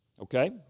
Okay